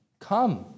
come